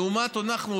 לעומתנו,